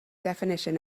definition